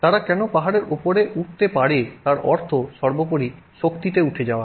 তারা কেন পাহাড়ের উপরে উঠতে পারে তার অর্থ সর্বোপরি শক্তিতে উঠে যাওয়া